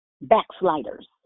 backsliders